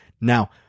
Now